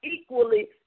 equally